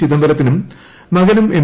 ചിദംബരത്തിനും മകനും എം